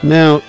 Now